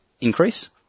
increase